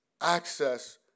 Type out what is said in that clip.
access